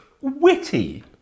witty